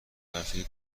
طرفه